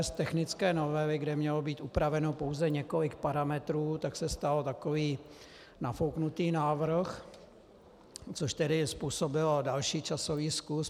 Z technické novely, kde mělo být upraveno pouze několik parametrů, se stal takový nafouknutý návrh, což způsobilo další časový skluz.